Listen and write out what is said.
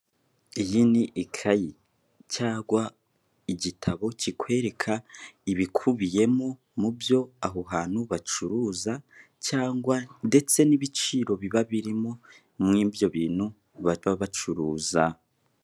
Iyi ni ikayi cyangwa igitabo kikwereka ibikubiyemo mu byo aho hantu bacuruza, cyangwa ndetse n'ibiciro biba birimo mw'ibyo bintu baba bacuruza.